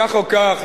כך או כך,